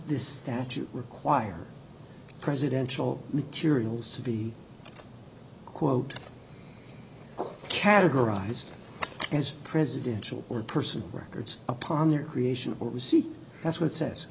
this statute require presidential materials to be quote categorized as presidential or person records upon the creation of what we see that's what says